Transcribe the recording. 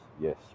yes